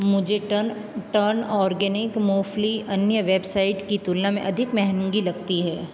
मुझे टन टर्न ऑर्गेनिक मोफ़ली अन्य वेबसाइट की तुलना में अधिक महँगी लगती है